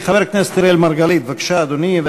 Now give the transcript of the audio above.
חבר הכנסת אראל מרגלית, בבקשה, אדוני.